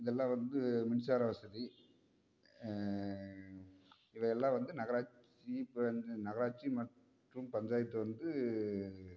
இதெல்லாம் வந்து மின்சார வசதி இவை எல்லாம் வந்து நகராட்சி இப்போ வந்து நகராட்சி மற்றும் பஞ்சாயத்து வந்து